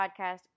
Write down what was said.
podcast